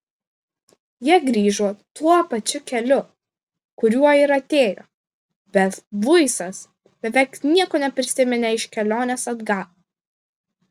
jie grįžo tuo pačiu keliu kuriuo ir atėjo bet luisas beveik nieko neprisiminė iš kelionės atgal